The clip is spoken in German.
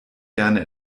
gerne